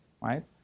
right